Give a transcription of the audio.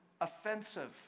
offensive